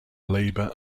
labor